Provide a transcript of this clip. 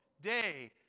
day